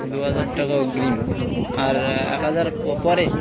দু হাজার টাকা অগ্রিম আর এক হাজার পরে